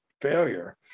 failure